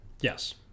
Yes